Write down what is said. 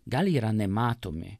gal yra nematomi